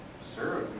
Sir